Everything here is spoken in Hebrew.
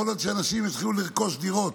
יכול להיות שאנשים יתחילו לרכוש דירות